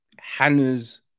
Hannah's